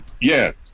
Yes